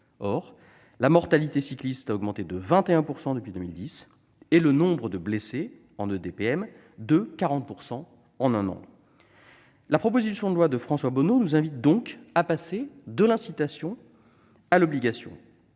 Or la mortalité cycliste a augmenté de 21 % depuis 2010 et le nombre de blessés en EDPM de 40 % en un an. La proposition de loi de François Bonneau nous invite donc à passer de l'incitation à l'obligation.